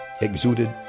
exuded